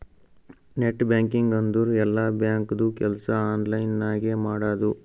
net banking ಅಂದುರ್ ಎಲ್ಲಾ ಬ್ಯಾಂಕ್ದು ಕೆಲ್ಸಾ ಆನ್ಲೈನ್ ನಾಗೆ ಮಾಡದು